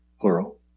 plural